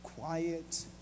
Quiet